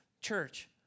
church